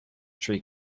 three